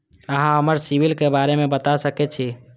अहाँ हमरा सिबिल के बारे में बता सके छी?